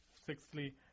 sixthly